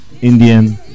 Indian